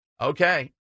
Okay